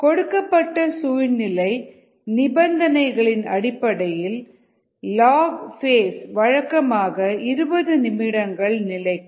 கொடுக்கப்பட்ட சூழ்நிலை நிபந்தனைகளின் அடிப்படையில் லாக் ஃபேஸ் வழக்கமாக 20 நிமிடங்கள் நிலைக்கும்